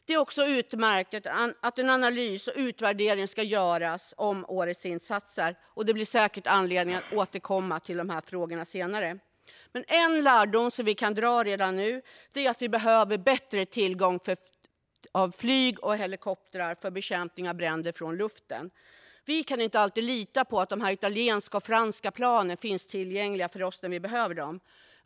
Det är också utmärkt att en analys och utvärdering ska göras om årets insatser, och det finns säkert anledning att återkomma till dessa frågor senare. Men en lärdom som vi kan dra redan nu är att vi behöver bättre tillgång till flyg och helikoptrar för bekämpning av bränder från luften. Vi kan inte alltid lita på att de italienska och franska planen finns tillgängliga för oss när vi behöver dem.